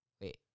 Wait